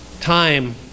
time